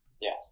Yes